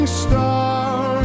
star